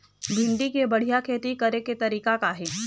भिंडी के बढ़िया खेती करे के तरीका का हे?